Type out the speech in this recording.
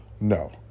No